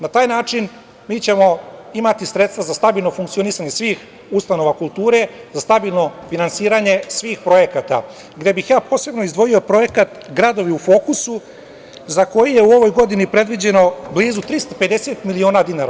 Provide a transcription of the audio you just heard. Na taj način mi ćemo imati sredstva za stabilno funkcionisanje svih ustanova kulture, za stabilno finansiranje svih projekata, gde bih ja posebno izdvojio projekat – „Gradovi u fokusu“ za koji je u ovoj godini predviđeno blizu 350 miliona dinara.